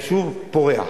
היישוב פורח.